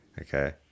Okay